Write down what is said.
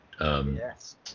Yes